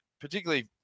particularly